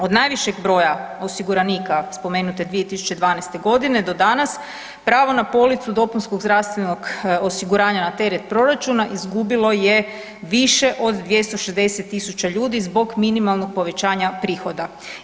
Od najvišeg broja osiguranika spomenute 2012. godine do danas pravo na policu dopunskog zdravstvenog osiguranja na teret proračuna izgubilo je više od 260 000 ljudi zbog minimalnog povećanja prihoda.